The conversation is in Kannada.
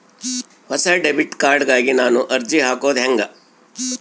ಹೊಸ ಡೆಬಿಟ್ ಕಾರ್ಡ್ ಗಾಗಿ ನಾನು ಅರ್ಜಿ ಹಾಕೊದು ಹೆಂಗ?